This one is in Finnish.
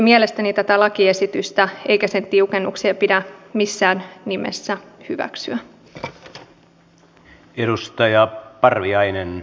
mielestäni tätä lakiesitystä eikä sen tiukennuksia pidä missään nimessä hyväksyä